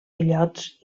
illots